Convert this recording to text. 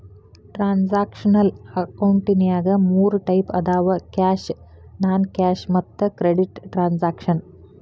transactional ಅಕೌಂಟಿನ್ಯಾಗ ಮೂರ್ type ಅದಾವ ಕ್ಯಾಶ್ ನಾನ್ ಕ್ಯಾಶ್ ಮತ್ತ ಕ್ರೆಡಿಟ್ ಟ್ರಾನ್ಸಾಕ್ಷನ